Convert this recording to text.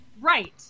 Right